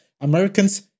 Americans